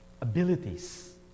abilities